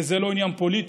וזה לא עניין פוליטי.